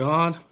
God